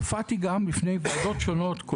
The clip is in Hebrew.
הופעתי גם בפני ועדות שונות,